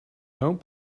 don’t